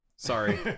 Sorry